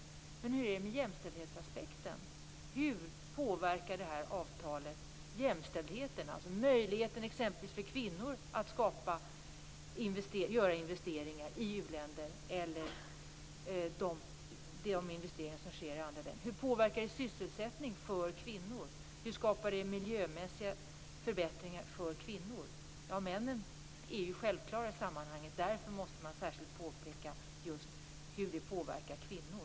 Men hur är det med jämställdhetsaspekten? Hur påverkar avtalet jämställdheten? Det gäller möjligheten för exempelvis kvinnor att göra investeringar i u-länder. Hur påverkar det sysselsättningen för kvinnor? Hur förbättras miljön för kvinnor? Männen är ju självklara i sammanhanget. Därför måste man särskilt fråga sig hur avtalet påverkar kvinnor.